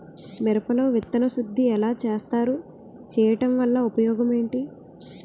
మిరప లో విత్తన శుద్ధి ఎలా చేస్తారు? చేయటం వల్ల ఉపయోగం ఏంటి?